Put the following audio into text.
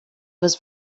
was